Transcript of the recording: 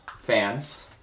fans